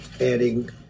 adding